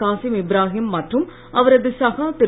காசிம் இப்ராஹீம் மற்றும் அவரது சகா திரு